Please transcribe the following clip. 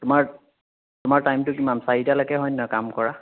তোমাৰ তোমাৰ টাইমটো কিমান চাৰিটালৈকে হয় নহয় কাম কৰা